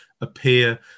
appear